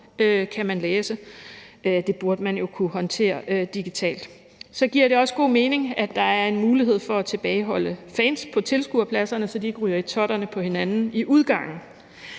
kan man læse. Det burde man jo kunne håndtere digitalt. Så giver det også god mening, at der er en mulighed for at tilbageholde fans på tilskuerpladserne, så de ikke ryger i totterne på hinanden i udgangen.